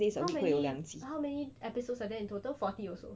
how many how many episodes are there in total forty also